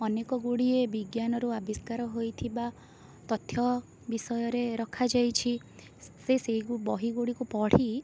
ଅନେକ ଗୁଡ଼ିଏ ବିଜ୍ଞାନରୁ ଆବିଷ୍କାର ହୋଇଥିବା ତଥ୍ୟ ବିଷୟରେ ରଖାଯାଇଛି ସେ ସେଇ ବହି ଗୁଡ଼ିକୁ ପଢ଼ି